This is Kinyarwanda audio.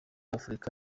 afurika